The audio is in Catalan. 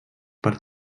per